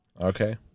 Okay